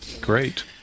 great